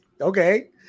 okay